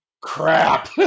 crap